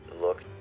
look